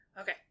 Okay